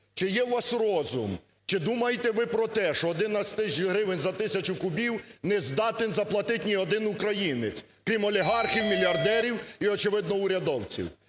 чи є у вас розум? Чи думаєте ви про те, що 11 тисяч гривен за тисячу кубів не здатен заплатити ні один українець, крім олігархів, мільярдерів і очевидно, урядовців?!